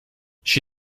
she